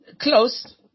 Close